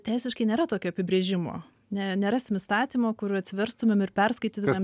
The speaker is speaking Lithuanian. teisiškai nėra tokio apibrėžimo ne nerasim įstatymo kur atsiverstumėm ir perskaitytumėm